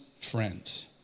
friends